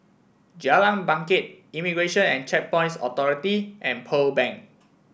Jalan Bangket Immigration and Checkpoints Authority and Pearl Bank